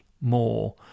more